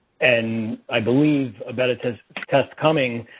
and i believe ah that it has test coming,